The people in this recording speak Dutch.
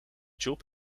job